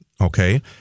okay